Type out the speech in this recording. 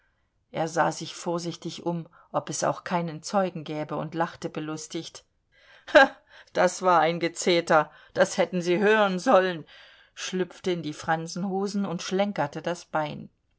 er sah sich vorsichtig um ob es auch keinen zeugen gäbe und lachte belustigt das war ein gezeter das hätten sie hören sollen schlüpfte in die fransenhosen und schlenkerte das bein